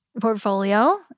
portfolio